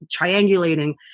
triangulating